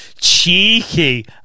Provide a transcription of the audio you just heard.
cheeky